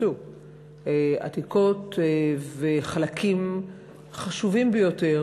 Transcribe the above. עתיקות וחלקים חשובים ביותר